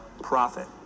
profit